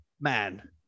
man